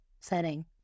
setting